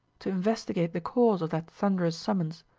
to investigate the cause of that thunderous summons?